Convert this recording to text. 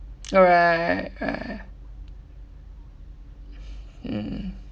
oh right right mm